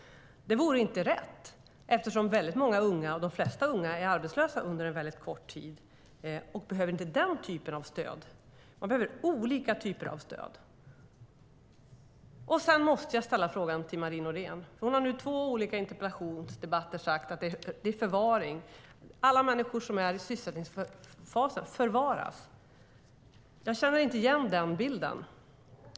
Det vore inte rätt, eftersom de flesta unga är arbetslösa under en väldigt kort tid och inte behöver den typen av stöd. De behöver olika typer av stöd. Sedan måste jag vända mig till Marie Nordén. Hon har nu i två olika interpellationsdebatter sagt att det är förvaring. Alla människor som är i sysselsättningsfasen förvaras. Jag känner inte igen den bilden.